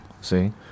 See